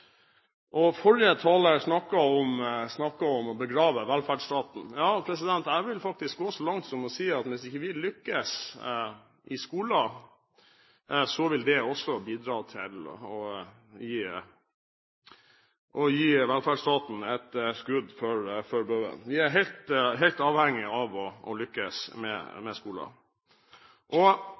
arbeidslivet. Forrige taler snakket om å begrave velferdsstaten. Jeg vil faktisk gå så langt som å si at hvis vi ikke lykkes i skolen, vil det også bidra til å gi velferdsstaten et skudd for baugen. Vi er helt avhengige av å lykkes med